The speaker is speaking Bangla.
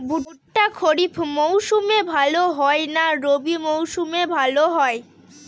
ভুট্টা খরিফ মৌসুমে ভাল হয় না রবি মৌসুমে ভাল হয়?